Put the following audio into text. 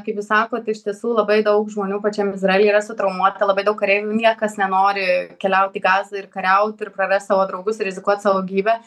kaip jūs sakot iš tiesų labai daug žmonių pačiam izraely yra sutraumuoti labai daug kareivių niekas nenori keliaut į gazą ir kariaut ir prarast savo draugus rizikuot savo gyvybe